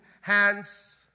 hands